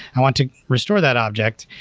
i want to restore that object,